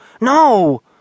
No